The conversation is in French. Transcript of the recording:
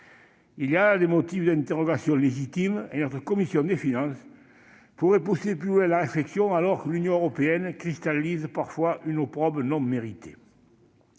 Il y a là des motifs d'interrogation légitimes, et notre commission des finances pourrait pousser plus loin la réflexion alors que l'Union européenne cristallise parfois un opprobre non mérité.